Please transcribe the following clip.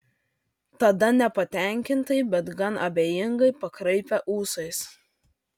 tada nepatenkintai bet gan abejingai pakraipė ūsais